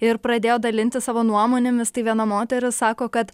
ir pradėjo dalintis savo nuomonėmis tai viena moteris sako kad